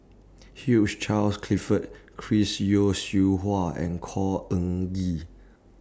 Hugh Charles Clifford Chris Yeo Siew Hua and Khor Ean Ghee